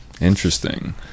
interesting